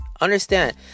understand